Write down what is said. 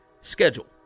schedule